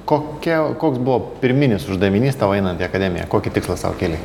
kokia koks buvo pirminis uždavinys tau einant į akademiją kokį tikslą sau kėlei